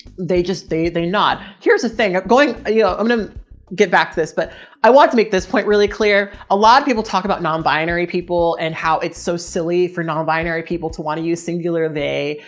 they just, they, they not, here's the thing going, you know, ah yeah i'm gonna get back to this, but i want to make this point really clear. a lot of people talk about nonbinary people and how it's so silly for nonbinary people to want to use singular. they,